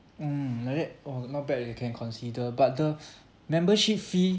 mm like that oh not bad leh can consider but the membership fee